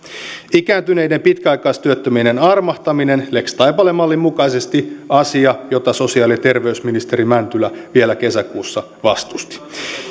ikääntyneiden pitkäaikaistyöttömien armahtaminen lex taipale mallin mukaisesti asia jota sosiaali ja terveysministeri mäntylä vielä kesäkuussa vastusti